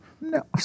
No